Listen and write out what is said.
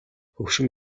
хөгшин